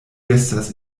estas